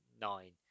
nine